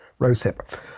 rosehip